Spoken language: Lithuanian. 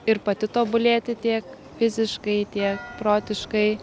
ir pati tobulėti tiek fiziškai tiek protiškai